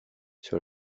sur